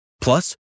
Plus